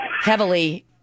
heavily